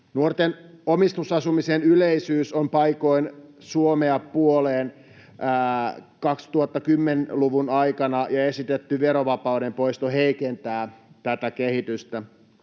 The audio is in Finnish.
Nuorten omistusasumisen yleisyys on paikoin Suomessa pudonnut puoleen 2010-luvun aikana, ja esitetty verovapauden poisto heikentää tätä kehitystä.